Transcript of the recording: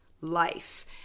life